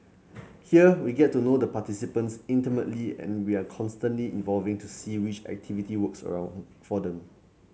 here we get to know the participants intimately and we are constantly evolving to see which activity works around for them